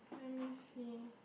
let me see